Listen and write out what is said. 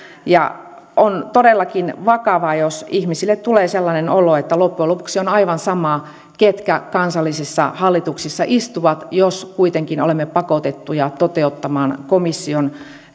on todellakin vakavaa jos ihmisille tulee sellainen olo että loppujen lopuksi on aivan sama ketkä kansallisissa hallituksissa istuvat jos kuitenkin olemme pakotettuja toteuttamaan komission